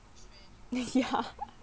ya